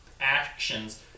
actions